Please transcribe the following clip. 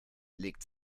legt